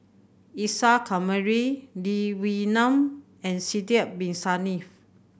Isa Kamari Lee Wee Nam and Sidek Bin Saniff